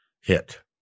hit